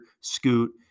Scoot